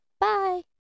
Bye